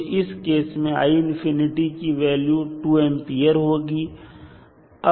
तो इस केस में की वैल्यू 2 A होगी